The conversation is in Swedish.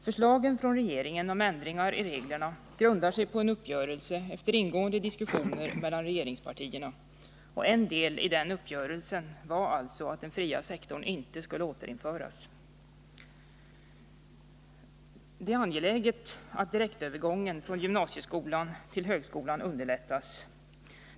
Förslagen från regeringen om ändringar i reglerna grundar sig på en uppgörelse efter ingående diskussioner mellan regeringspartierna. En del i den uppgörelsen var alltså att den fria sektorn inte skulle återinföras. Det är angeläget att direktövergången från gymnasieskolan till högskolan underlättas.